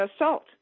assault